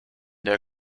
der